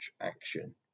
action